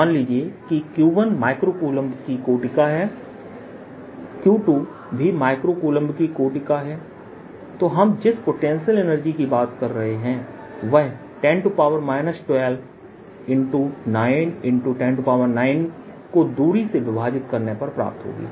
मान लीजिए कि Q1 माइक्रो कूलम्ब की कोटि का है Q2 भी माइक्रो कूलम्ब की कोटि का है तो हम जिस पोटेंशियल की बात कर रहे हैं वह 10 129109 को दूरी से विभाजित करने पर प्राप्त होगी